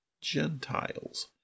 Gentiles